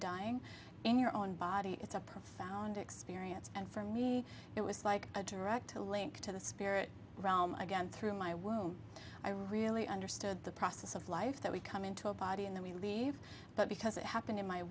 dying in your own body it's a profound experience and for me it was like a direct link to the spirit realm again through my womb i really understood the process of life that we come into a body and then we leave but because it happened in my